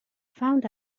found